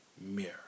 Mirror